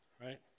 right